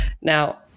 Now